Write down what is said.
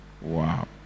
Wow